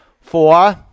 Four